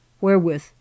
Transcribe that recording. wherewith